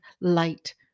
light